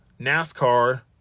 NASCAR